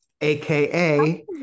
aka